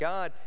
God